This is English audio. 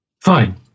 fine